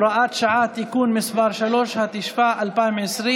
(הוראת שעה) (תיקון מס' 3), התשפ"א 2020,